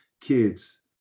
kids